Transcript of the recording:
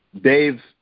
Dave